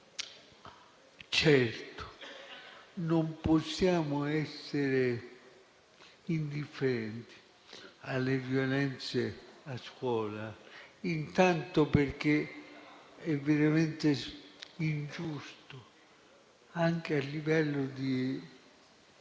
Certo, non possiamo essere indifferenti alle violenze che avvengono a scuola intanto perché è veramente ingiusto, anche a livello